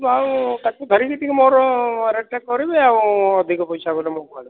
ଆଉ ତାକୁ ଧରିକି ଟିକିଏ ମୋର ରେଟ୍ଟା କରିବେ ଆଉ ଅଧିକ ପଇସା ବୋଇଲେ ମୁଁ କୁଆଡ଼ୁ ଆଣିବି